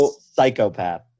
Psychopath